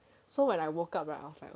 so when I woke up right was like